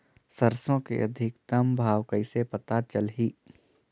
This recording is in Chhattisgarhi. सरसो के अधिकतम भाव कइसे पता चलही?